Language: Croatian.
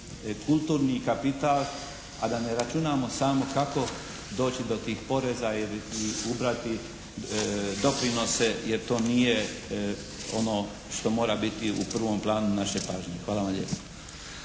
kulturni kapital, a da ne računamo samo kako doći do tih poreza i ubrati doprinose, jer to nije ono što mora biti u prvom planu naše pažnje. Hvala vam lijepo.